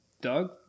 Doug